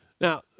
Now